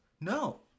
No